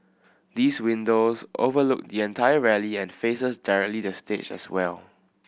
these windows overlook the entire rally and faces directly the stage as well